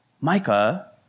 Micah